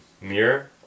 mirror